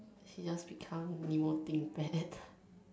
she just become Nemo Thinkpad